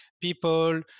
people